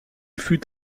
fut